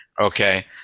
Okay